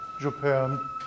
Japan